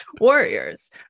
warriors